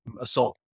assault